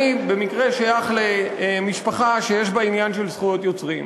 אני במקרה שייך למשפחה שיש בה עניין של זכויות יוצרים,